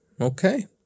Okay